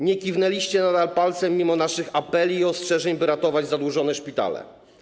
Nie kiwnęliście nadal palcem, mimo naszych apeli i ostrzeżeń, by ratować zadłużone szpitale.